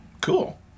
Cool